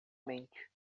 mente